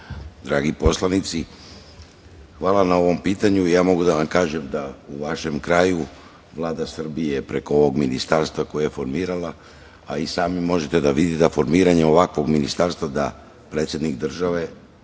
dragi poslanici, hvala vam na ovom pitanju i ja mogu da vam kažem da u vašem kraju Vlada Srbije preko mog ministarstva, koje je formirala, a i sami možete da vidite da formiranje ovakvog ministarstva da predsednik države,